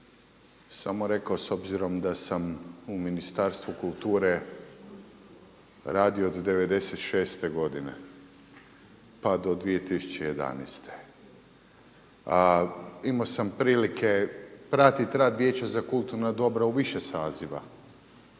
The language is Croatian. samo rekao s obzirom da sam u Ministarstvu kulture radio od '96. godine pa do 2011. imao sam prilike pratiti rad Vijeća za kulturna dobra u više saziva